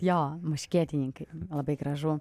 jo muškietininkai labai gražu